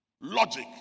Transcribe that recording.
logic